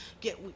get